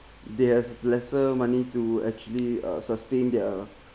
there's lesser money to actually uh sustain their